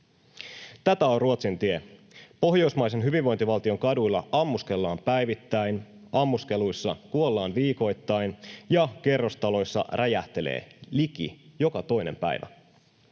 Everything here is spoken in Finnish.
Tätä on Ruotsin tie: pohjoismaisen hyvinvointivaltion kaduilla ammuskellaan päivittäin, ammuskeluissa kuollaan viikoittain, ja kerrostaloissa räjähtelee liki joka toinen päivä.